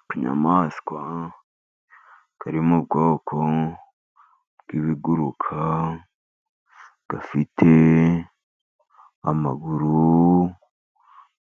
Akanyamaswa kari mu bwoko bw'ibiguruka, gafite amaguru